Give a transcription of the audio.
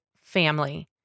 family